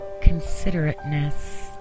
considerateness